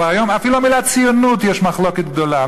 אפילו המילה ציונות, יש מחלוקת גדולה.